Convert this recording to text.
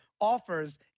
offers